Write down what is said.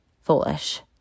foolish